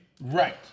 Right